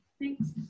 Thanks